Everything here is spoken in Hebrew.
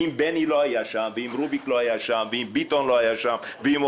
אם בני ביטון לא היה שם ואם רוביק דנילוביץ לא היה שם ואם טל